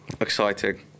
Exciting